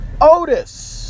Otis